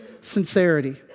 sincerity